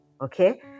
okay